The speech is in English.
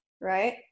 right